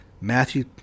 Matthew